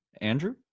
Andrew